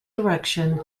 direction